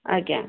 ଆଜ୍ଞା